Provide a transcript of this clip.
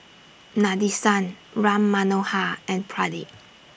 Nadesan Ram Manohar and Pradip